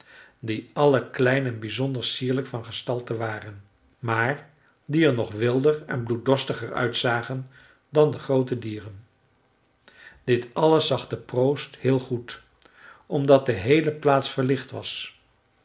die allen klein en bijzonder sierlijk van gestalte waren maar die er nog wilder en bloeddorstiger uitzagen dan de groote dieren dit alles zag de proost heel goed omdat de heele plaats verlicht was